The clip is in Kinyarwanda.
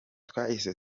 twahise